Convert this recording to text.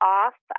off